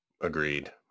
Agreed